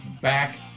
back